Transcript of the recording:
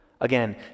Again